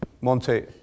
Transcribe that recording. Monte